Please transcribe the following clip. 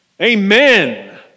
Amen